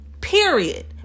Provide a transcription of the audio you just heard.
period